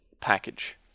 package